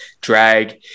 drag